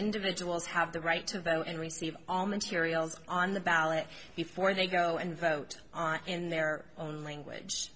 individuals have the right to vote and receive all materials on the ballot before they go and vote in their own language